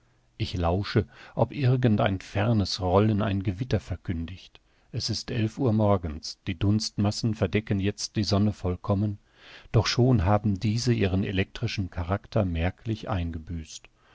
ich lausche ob irgend ein fernes rollen ein gewitter verkündigt es ist elf uhr morgens die dunstmassen verdecken jetzt die sonne vollkommen doch schon haben diese ihren elektrischen charakter merklich eingebüßt